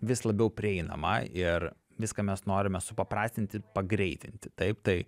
vis labiau prieinama ir viską mes norime supaprastinti pagreitinti taip tai